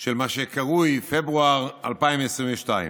של מה שקרוי פברואר 2022,